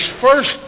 first